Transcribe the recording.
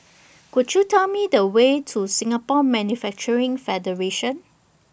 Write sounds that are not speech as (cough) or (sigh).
(noise) Could YOU Tell Me The Way to Singapore Manufacturing Federation